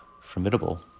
Formidable